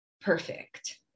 perfect